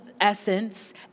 essence